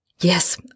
Yes